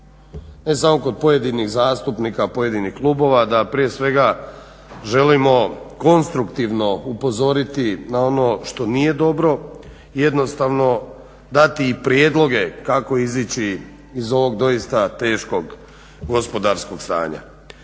ne samo kod pojedinih zastupnika, pojedinih klubova, da prije svega želimo konstruktivno upozoriti na ono što nije dobro, jednostavno dati i prijedloge kako izići iz ovog doista teškog gospodarskog stanja.